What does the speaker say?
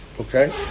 Okay